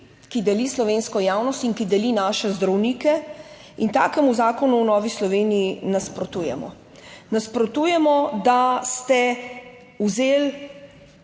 ki deli slovensko javnost in ki deli naše zdravnike in takemu zakonu v Novi Sloveniji nasprotujemo. Nasprotujemo, da ste vzeli